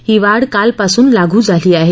ही वाढ कालपासून लागू झाली आहे